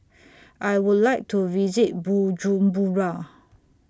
I Would like to visit Bujumbura